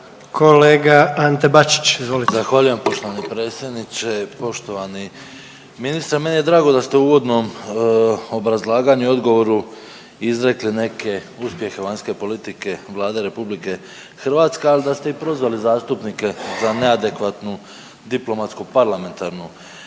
Kolega Ante Bačić, izvolite. **Bačić, Ante (HDZ)** Zahvaljujem poštovani potpredsjedniče. Poštovani ministre meni je drago da ste u uvodnom obrazlaganju i u odgovoru izrekli neke uspjehe vanjske politike Vlade RH, ali da ste i prozvali zastupnike za neadekvatnu diplomatsku parlamentarnu